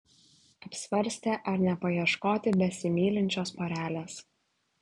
apsvarstė ar nepaieškoti besimylinčios porelės